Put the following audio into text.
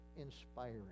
inspiring